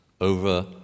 over